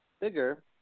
bigger